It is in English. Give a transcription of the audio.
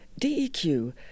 DEQ